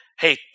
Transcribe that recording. Hey